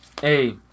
hey